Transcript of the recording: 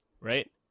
Right